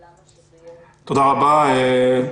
בבקשה.